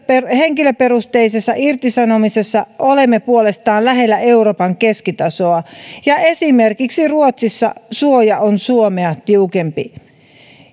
henkilöperusteisessa irtisanomisessa olemme puolestaan lähellä euroopan keskitasoa ja esimerkiksi ruotsissa suoja on suomea tiukempi